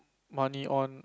money on